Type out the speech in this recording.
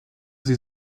sie